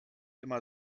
immer